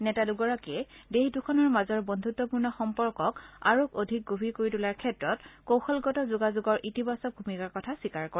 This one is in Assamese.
নেতা দুগৰাকীয়ে দেশ দুখনৰ মাজৰ বন্ধুত্বপূৰ্ণ সম্পৰ্কক আৰু অধিক গভীৰ কৰি তোলাৰ ক্ষেত্ৰত কৌশলগত যোগাযোগৰ ইতিবাচক ভূমিকাৰ কথা স্বীকাৰ কৰে